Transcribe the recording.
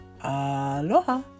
Aloha